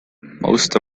most